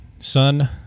son